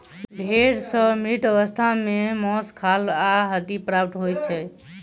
भेंड़ सॅ मृत अवस्था मे मौस, खाल आ हड्डी प्राप्त होइत छै